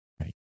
Right